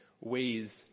ways